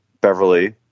Beverly